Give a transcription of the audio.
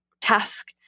task